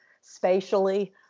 spatially